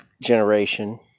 generation